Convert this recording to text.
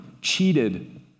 cheated